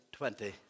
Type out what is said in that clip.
20